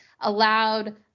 allowed